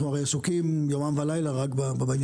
ודאי.